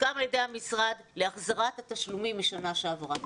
מוסכם על ידי המשרד, להחזרת התשלומים משנה שעברה.